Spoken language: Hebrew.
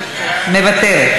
וזה קיים, ואין שום